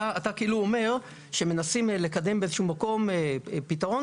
אתה אומר שמנסים לקדם באיזשהו מקום פתרון,